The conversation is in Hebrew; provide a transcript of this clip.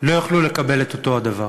לא יוכלו לקבל את אותו הדבר.